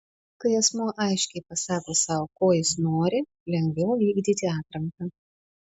kai asmuo aiškiai pasako sau ko jis nori lengviau vykdyti atranką